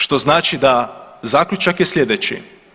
Što znači da, zaključak je slijedeći.